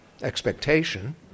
expectation